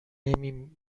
نمی